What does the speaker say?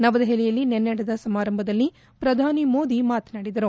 ನವದೆಹಲಿಯಲ್ಲಿ ನಿನ್ನೆ ನಡೆದ ಸಮಾರಂಭದಲ್ಲಿ ಪ್ರಧಾನಿ ಮೋದಿ ಮಾತನಾಡಿದರು